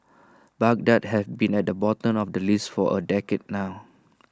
Baghdad has been at the bottom of the list for A decade now